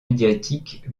médiatique